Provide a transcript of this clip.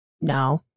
no